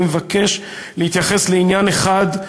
אני מבקש להתייחס לעניין אחד,